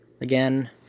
again